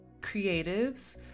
creatives